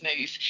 move